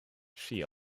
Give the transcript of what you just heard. she